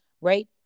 right